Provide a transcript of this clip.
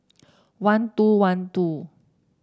one two one two